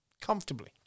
comfortably